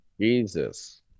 Jesus